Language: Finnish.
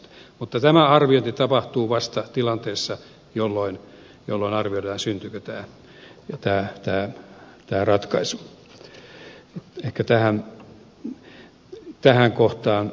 mutta tämä arviointi tapahtuu vasta tilanteessa jolloin arvioidaan syntyykö tämä ratkaisu